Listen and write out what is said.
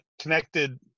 connected